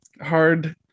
hard